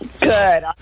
Good